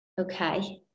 Okay